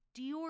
Dior